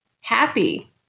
happy